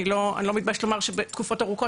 אני לא מתביישת לומר שתקופות ארוכות,